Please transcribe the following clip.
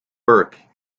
burke